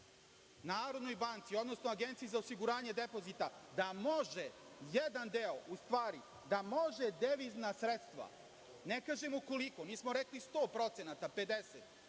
Narodnoj banci, odnosno Agenciji za osiguranje depozita da može jedan deo, u stvari, da može devizna sredstva, ne kažemo koliko, nismo rekli 100%, 50%,